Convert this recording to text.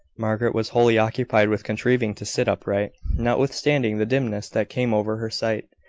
margaret was wholly occupied with contriving to sit upright, notwithstanding the dimness that came over her sight.